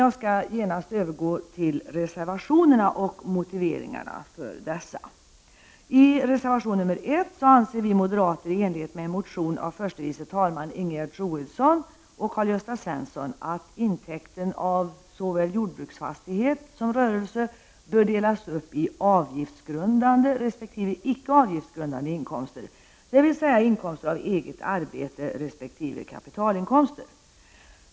Jag skall genast övergå till reservationerna och motiveringarna för dessa. I reservation 1 anser vi moderater, i enlighet med en motion av förste vice talmannen Ingegerd Troedsson och Karl-Gösta Svenson, att intäkten av såväl jordbruksfastighet som rörelse bör delas upp i avgiftsgrundande resp. icke avgiftsgrundande inkomster, dvs. inkomster av eget arbete resp. kapitalinkomster.